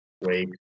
Wake